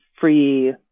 free